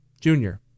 junior